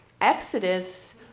Exodus